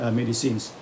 medicines